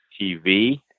TV